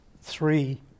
three